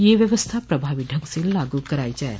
यह व्यवस्था प्रभावी ढंग से लागू कराई जाये